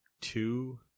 two